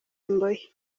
imbohe